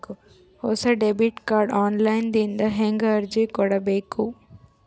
ಹೊಸ debit card online ದಿಂದ ಹೇಂಗ ಅರ್ಜಿ ಕೊಡಬೇಕು?